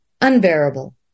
unbearable